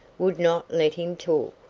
would not let him talk.